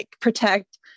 protect